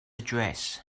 address